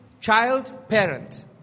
child-parent